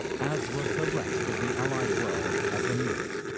as was the rest of the allied world at the news.